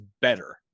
better